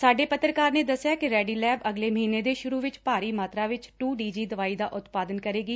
ਸਾਡੇ ਪੱਤਰਕਾਰ ਨੇ ਦਸਿਆ ਕਿ ਰੈਡੀ ਲੈਬ ਅਗਲੇ ਮਹੀਨੇ ਦੇ ਸੂਰੁ ਵਿਚ ਭਾਰੀ ਮਾਤਰਾ ਵਿਚ ਟੁ ਡੀ ਜੀ ਦਵਾਈ ਦਾ ਉਤਪਾਦਨ ਕਰੇਗੀ